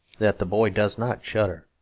that the boy does not shudder.